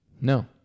No